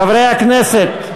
חברי הכנסת,